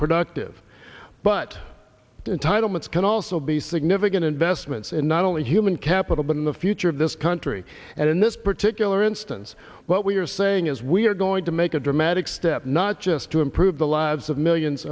productive but entitlements can also be significant investments in not only human capital but in the future of this country and in this particular instance what we're saying is we are going to make a dramatic step not just to improve the lives of millions